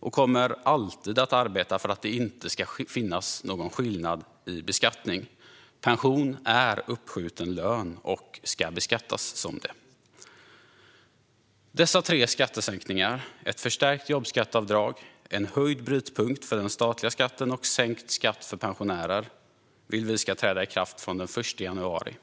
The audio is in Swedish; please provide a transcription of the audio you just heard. och kommer alltid att arbeta för att det inte ska finnas någon skillnad i beskattning. Pension är uppskjuten lön och ska beskattas som det. Dessa tre skattesänkningar - ett förstärkt jobbskatteavdrag, en höjd brytpunkt för den statliga skatten och sänkt skatt för pensionärer - vill vi ska träda i kraft från den 1 januari.